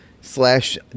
slash